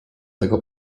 tego